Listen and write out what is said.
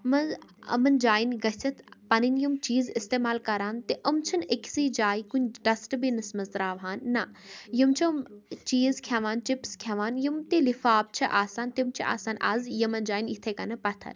منٛز یِمَن جایَن گٔژھِتھ پَنٕنۍ یِم چیٖز اِستعمال کَران تہٕ یِم چھِنہٕ أکسٕے جایہِ کُنہِ ڈَسٹہٕ بِنَس منٛز ترٛاوٕہان نہَ یِم چھِ یِمٕے چیٖز کھٮ۪وان چِپٕس کھٮ۪وان یِم تہِ لِفاف چھِ آسان تِم چھِ آسان اَز یِمَن جایَن یِتھٕے کٔنَۍ پَتھَر